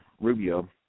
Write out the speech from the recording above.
Rubio